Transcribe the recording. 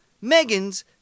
Megan's